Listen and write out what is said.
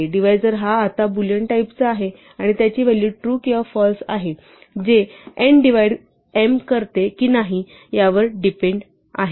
divisor हा आता boolean टाईपचा आहे आणि त्याची व्हॅलू ट्रू किंवा फाल्स आहे जे n डिव्हाइड m करते की नाही यावर डिपेंड आहे